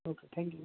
okay thank you